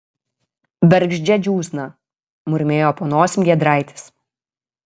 bergždžia džiūsna murmėjo po nosim giedraitis